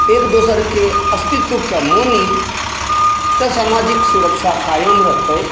एक दोसरके अस्तित्वक मानी तऽ समाजिक सुरक्षा क़ायम रहतै